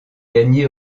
gagné